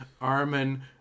Armin